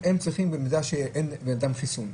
הם צריכים במידה שאין לאדם חיסון,